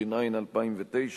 התש"ע 2009,